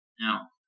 Now